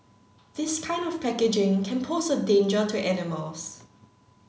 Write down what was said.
this kind of packaging can pose a danger to animals